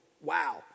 Wow